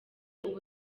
ubu